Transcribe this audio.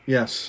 Yes